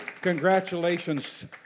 congratulations